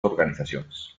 organizaciones